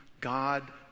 God